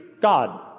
God